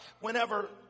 whenever